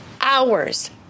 hours